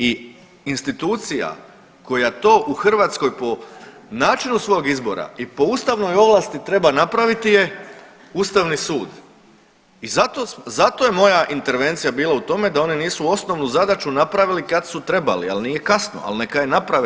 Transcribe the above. I institucija koja to u Hrvatskoj po načinu svog izbora i po ustavnoj ovlasti treba napraviti je Ustavni sud i zato je moja intervencija bila u tome da oni nisu osnovnu zadaću napravili kad su trebali, ali nije kasno, ali neka je naprave.